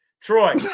Troy